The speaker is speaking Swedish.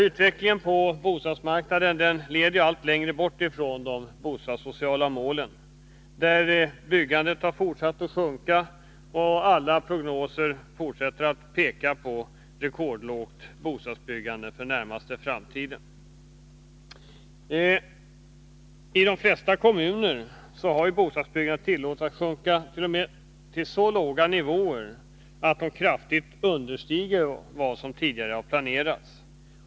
Utvecklingen på bostadsmarknaden leder allt längre bort från de bostadssociala målen — byggandet har fortsatt att minska, och alla prognoser fortsätter att peka på rekordlågt bostadsbyggande för den närmaste framtiden. I de flesta kommuner har bostadsbyggandet t.o.m. tillåtits sjunka till så låga nivåer att de kraftigt understiger vad som tidigare planerats.